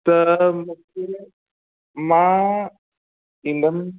त मूंखे मां ईंदुमि